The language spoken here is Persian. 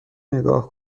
نگاه